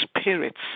spirits